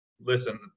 listen